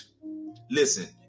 Listen